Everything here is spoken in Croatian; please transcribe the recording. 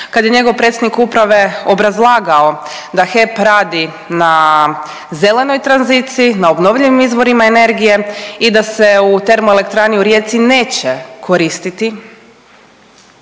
kad je njegov predsjednik uprave obrazlagao da HEP radi na zelenoj tranziciji, na obnovljivim izvorima energije i da se u termoelektrani u Rijeci neće koristiti